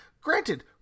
granted